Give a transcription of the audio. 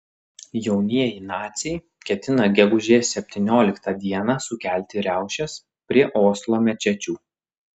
jaunieji naciai ketina gegužės septynioliktą dieną sukelti riaušes prie oslo mečečių